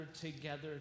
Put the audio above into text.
together